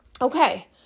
okay